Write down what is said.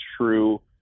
true